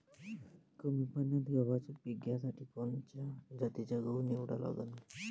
कमी पान्यात गव्हाचं पीक घ्यासाठी कोनच्या जातीचा गहू निवडा लागन?